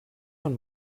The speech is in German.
von